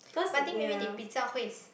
but think maybe they 比较会想